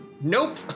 Nope